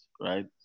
right